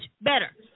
better